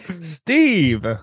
Steve